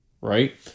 right